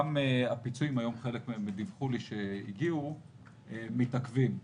חלק מהאנשים דיווחו לי שהפיצויים שלהם מתעכבים.